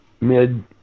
mid